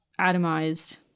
atomized